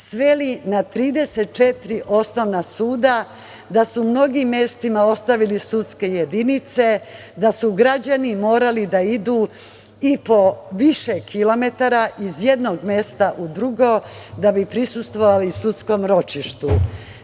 sveli na 34 osnovna suda, da su na mnogim mestima ostavili sudske jedinice, da su građani morali da idu i po više kilometara iz jednog mesta u drugo da bi prisustvovali sudskom ročištu.